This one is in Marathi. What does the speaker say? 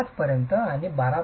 5 पर्यंत आणि 12